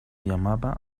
llamaba